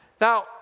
Now